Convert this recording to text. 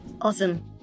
Awesome